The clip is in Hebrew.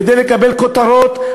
כדי לקבל כותרות.